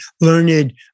learned